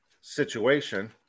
situation